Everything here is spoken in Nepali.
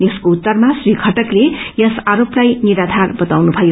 यसको उत्तरमा श्री षटकले यस आरोपलाई निराधार बताउनुभयो